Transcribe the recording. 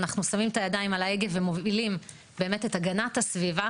אנחנו שמים את הידיים על ההגה ומובילים באמת את הגנת הסביבה,